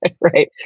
Right